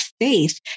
faith